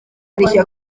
rishya